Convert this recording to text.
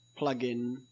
plugin